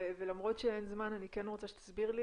ולמרות שאין זמן אני רוצה שתסביר לי